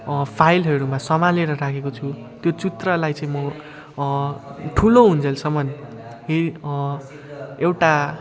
फाइलहरूमा सम्हालेर राखेको छु त्यो चित्रलाई चाहिँ म ठुलो हुन्जेलसम्म ही एउटा